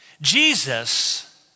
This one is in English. Jesus